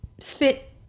fit